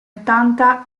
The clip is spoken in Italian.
ottanta